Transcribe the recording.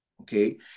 Okay